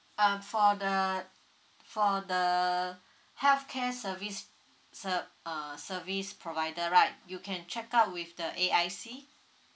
um for the for the health care service ser~ uh service provider right you can check out with the A_I_C